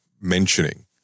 mentioning